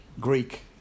Greek